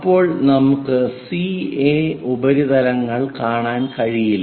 അപ്പോൾ നമുക്ക് C A C A ഉപരിതലങ്ങൾ കാണാൻ കഴിയില്ല